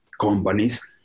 companies